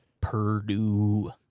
Purdue